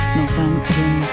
Northampton